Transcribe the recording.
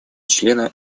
члена